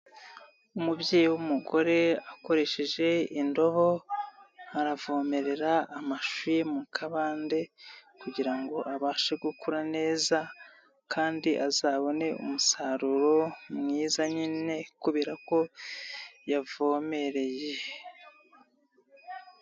Umubyeyi w'umugore akoresheje indobo aravomerera amashu ye mu kabande kugira ngo abashe gukura neza kandi azabone umusaruro mwiza nyine kubera ko yavomereye.